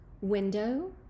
window